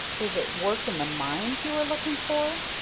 is it work in the mines you are looking for?